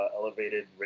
elevated